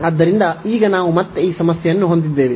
ಆದ್ದರಿಂದ ಈಗ ನಾವು ಮತ್ತೆ ಈ ಸಮಸ್ಯೆಯನ್ನು ಹೊಂದಿದ್ದೇವೆ